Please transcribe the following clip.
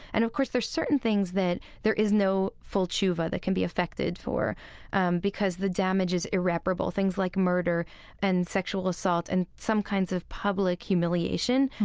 and of course, there are certain things that there is no full teshuvah that can be affected for um because the damage is irreparable, things like murder and sexual assault, and some kinds of public humiliation,